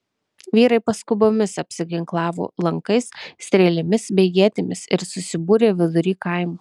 vyrai paskubomis apsiginklavo lankais strėlėmis bei ietimis ir susibūrė vidury kaimo